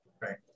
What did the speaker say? right